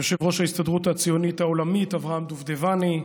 יושב-ראש ההסתדרות הציונית העולמית אברהם דובדבני,